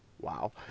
Wow